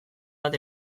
bat